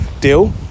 deal